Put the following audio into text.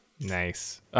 Nice